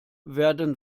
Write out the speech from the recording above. werden